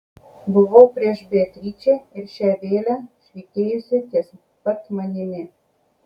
buvau prieš beatričę ir šią vėlę švytėjusią ties pat manimi